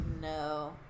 No